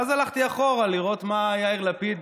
ואז הלכתי אחורה לראות מה יאיר לפיד